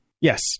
Yes